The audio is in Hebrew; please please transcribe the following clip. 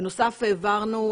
בנוסף העברנו,